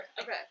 Okay